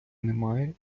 немає